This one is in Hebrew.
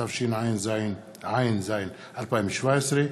התשע"ז 2017,